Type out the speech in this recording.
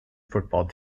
football